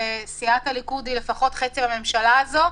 וסיעת הליכוד היא לפחות חצי מהממשלה הזו,